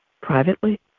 privately